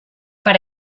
per